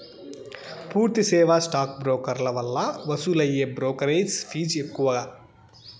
పూర్తి సేవా స్టాక్ బ్రోకర్ల వల్ల వసూలయ్యే బ్రోకెరేజ్ ఫీజ్ ఎక్కువ